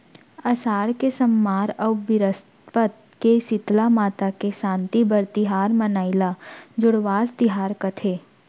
असाड़ के सम्मार अउ बिरस्पत के सीतला माता के सांति बर तिहार मनाई ल जुड़वास तिहार कथें